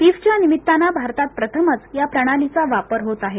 पिफच्या निमित्तानं भारतात प्रथमच या प्रणालीचा वापर होत आहे